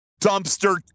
dumpster